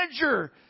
manager